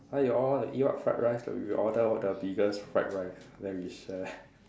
ah you all eat what fried rice then we order order biggest fried rice then we share